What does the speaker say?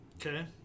Okay